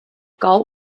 galt